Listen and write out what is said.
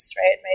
right